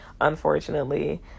unfortunately